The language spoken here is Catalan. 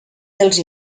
dels